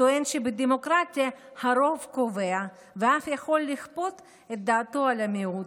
הטוען שבדמוקרטיה הרוב קובע ואף יכול לכפות את דעתו על המיעוט,